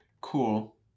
cool